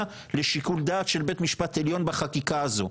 לשיקול דעת של בית משפט עליון בחקיקה הזו,